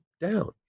down